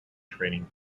training